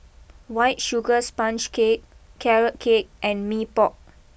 White Sugar Sponge Cake Carrot Cake and Mee Pok